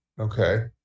okay